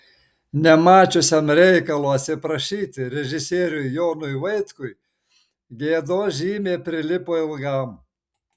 nemačiusiam reikalo atsiprašyti režisieriui jonui vaitkui gėdos žymė prilipo ilgam